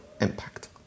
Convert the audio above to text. impact